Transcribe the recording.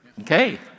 Okay